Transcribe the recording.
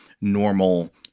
normal